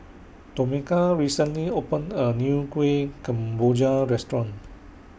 Tomeka recently opened A New Kuih Kemboja Restaurant